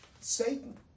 Satan